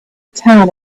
town